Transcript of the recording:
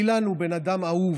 אילן הוא בן אדם אהוב,